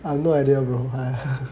I have no idea bro !aiya!